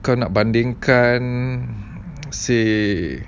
kena bandingkan say